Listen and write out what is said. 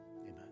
amen